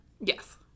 Yes